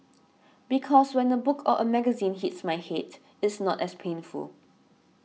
because when a book or a magazine hits my head it's not as painful